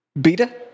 Beta